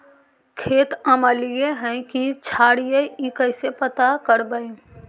खेत अमलिए है कि क्षारिए इ कैसे पता करबै?